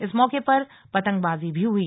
इस मौके पर पतंगबाजी भी हुई